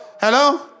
Hello